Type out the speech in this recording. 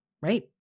Right